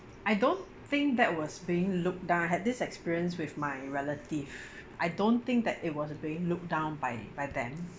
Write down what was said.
I don't think that was being looked down I had this experience with my relative I don't think that it was being looked down by by them